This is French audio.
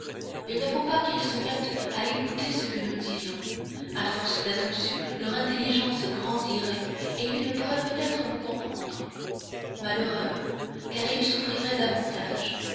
il ne faut pas qu'ils se mettent à écouter ce que nous disons a force d'attention leur intelligence grandirait et ils pourraient peut-être nous comprendre malheur à eux car ils souffriraient davantage